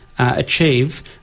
achieve